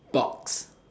box